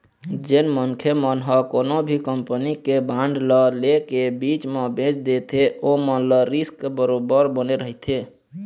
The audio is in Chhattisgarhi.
जेन मनखे मन ह कोनो भी कंपनी के बांड ल ले के बीच म बेंच देथे ओमन ल रिस्क बरोबर बने रहिथे